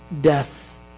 death